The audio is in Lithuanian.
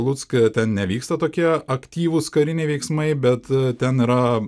lucke ten nevyksta tokie aktyvūs kariniai veiksmai bet ten yra